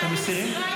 מסירים?